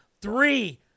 three